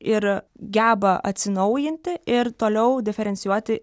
ir geba atsinaujinti ir toliau diferencijuoti